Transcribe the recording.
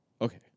Okay